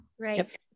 Right